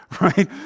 right